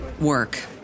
work